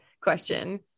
question